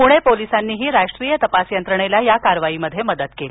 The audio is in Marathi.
पुणे पोलिसांनीही राष्ट्रीय तपास यंत्रणेला या कारवाईत मदत केली